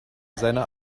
seiner